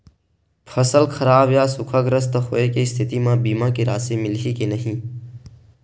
फसल खराब या सूखाग्रस्त होय के स्थिति म बीमा के राशि मिलही के नही?